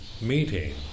meeting